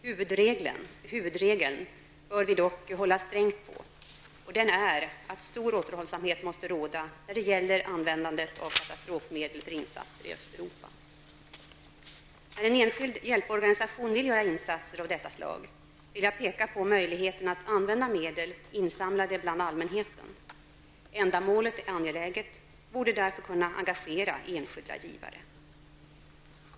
Huvudregeln bör vi dock hålla strängt på, och den är att stor återhållsamhet måste råda när det gäller användandet av katastrofmedel för insatser i När en enskild hjälporganisation vill göra insatser av detta slag, vill jag peka på möjligheten att använda medel, insamlade bland allmänheten. Ändamålet är angeläget och borde därför kunna engagera enskilda givare.